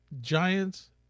Giants